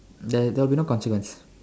there there would be no consequence